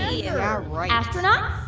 yeah, right astronauts,